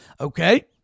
Okay